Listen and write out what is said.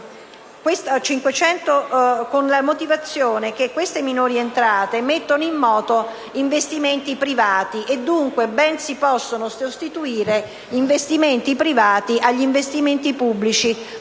...con la motivazione che queste minori entrate mettono in moto investimenti privati e, dunque, ben si possono sostituire investimenti privati agli investimenti pubblici